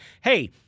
hey